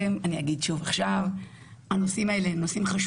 פניית יושב ראש ועדת הכספים בדבר טענת נושא